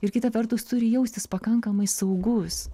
ir kita vertus turi jaustis pakankamai saugus